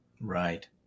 Right